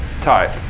type